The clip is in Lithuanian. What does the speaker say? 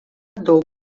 daug